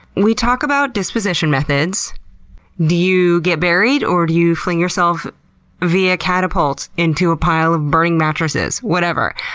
we talk about disposition methods do you get buried, or do you fling yourself via catapult into a pile of burning mattresses? whatever.